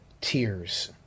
tears